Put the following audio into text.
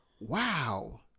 Wow